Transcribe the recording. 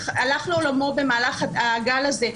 והלך לעולמו במהלך הגל הזה,